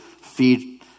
feed